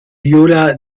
viola